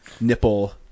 nipple